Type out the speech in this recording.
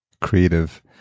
creative